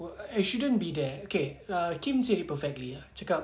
what I shouldn't be there okay lah kim said it perfectly ah cakap